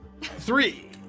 Three